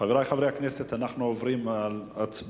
חברי חברי הכנסת, אנחנו עוברים להצבעה.